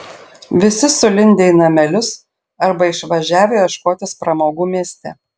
visi sulindę į namelius arba išvažiavę ieškotis pramogų mieste